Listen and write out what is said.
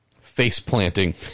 face-planting